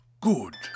Good